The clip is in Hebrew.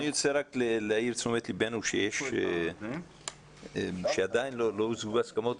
אני רוצה רק להעיר את תשומת ליבנו שעדיין לא הושגו הסכמות.